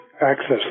access